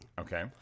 Okay